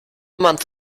month